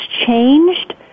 changed